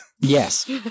yes